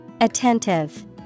Attentive